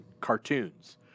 cartoons